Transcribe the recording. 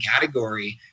category